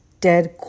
dead